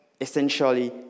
Essentially